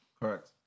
Correct